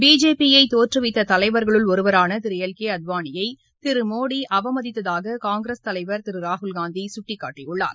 பிஜேபியை தோற்றுவித்த தலைவர்களுள் ஒருவரான திரு எல்கே அத்வானியை திரு மோடி அவமதித்ததாக காங்கிரஸ் தலைவர் திரு ராகுல்காந்தி கட்டிக்காட்டியுள்ளார்